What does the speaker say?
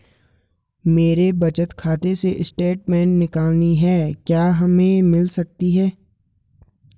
मेरे बचत खाते से स्टेटमेंट निकालनी है क्या हमें मिल सकती है?